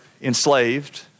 enslaved